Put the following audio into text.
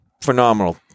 Phenomenal